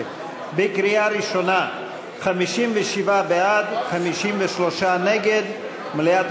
אזולאי, בעד רוברט אילטוב, נגד גלעד